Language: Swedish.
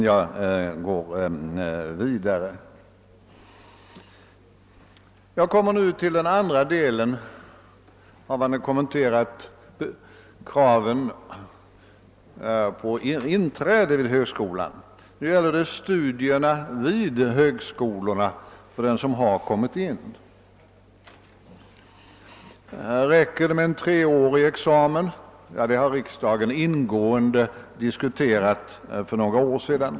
Efter dessa kommentarer till kraven på inträde vid högskolan kommer jag sedan till den andra delen, alltså till studierna vid högskolorna för dem som har kommit in. Räcker det med en treårig examen? Ja, den frågan diskutera des mycket ingående här i rksdagen för några år sedan.